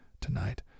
tonight